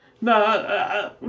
No